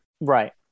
Right